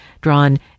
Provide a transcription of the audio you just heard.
drawn